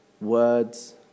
words